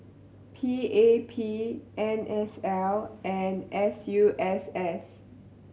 P A P N S L and S U S S